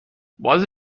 بازی